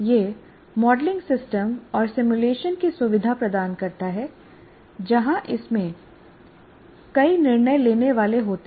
यह modelling system और simulation की सुविधा प्रदान करता है जहां इसमें कई निर्णय लेने वाले होते हैं